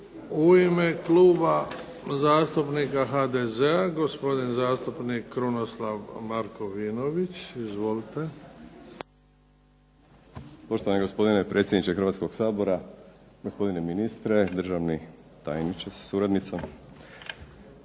U ime Kluba zastupnika HDZ-a gospodin zastupnik Krunoslav Markovinović. Izvolite. **Markovinović, Krunoslav (HDZ)** Poštovani gospodine predsjedniče Hrvatskog sabora, gospodine ministre, državni tajniče sa suradnicom,